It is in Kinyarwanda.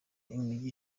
imijyi